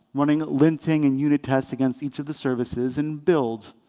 running linting and unit tests against each of the services. and build,